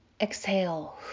Exhale